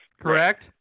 correct